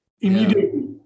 immediately